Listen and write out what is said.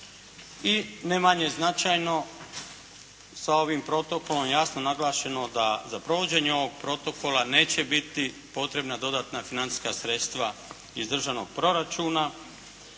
I ne manje značajno sa ovim protokolom je jasno naglašeno da za provođenje ovog protokola neće biti potrebna dodatna financijska sredstva iz državnog proračuna.